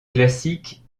classiques